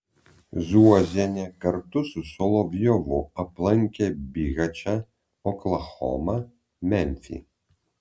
zuozienė kartu su solovjovu aplankė bihačą oklahomą memfį